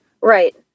Right